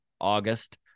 August